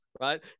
right